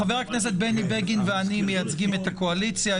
חבר הכנסת בני בגין ואני מייצגים את הקואליציה.